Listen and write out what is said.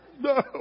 No